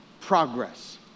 progress